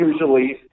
usually